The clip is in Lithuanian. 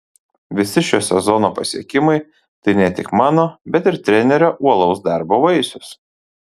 visi šio sezono pasiekimai tai ne tik mano bet ir trenerio uolaus darbo vaisius